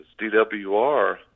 DWR